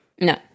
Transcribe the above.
No